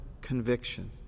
conviction